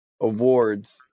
awards